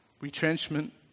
retrenchment